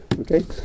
okay